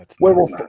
Werewolf